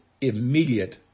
immediate